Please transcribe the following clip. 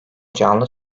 canlı